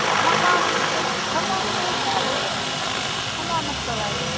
آ حمام تہٕ حمام تےَ چھُ اَسہِ تہٕ حمامَس تہِ لَگہِ